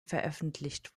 veröffentlicht